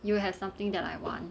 you will have something that I want